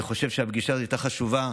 ואני חושב שהפגישה הזאת הייתה חשובה.